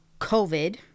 COVID